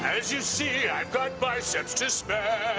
as you see i've got biceps to spare.